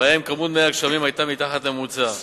שבהן כמות מי הגשמים היתה מתחת לממוצע.